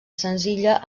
senzilla